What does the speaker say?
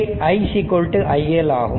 இங்கே i iL ஆகும்